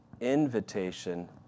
invitation